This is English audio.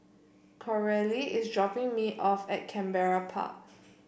Coralie is dropping me off at Canberra Park